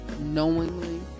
knowingly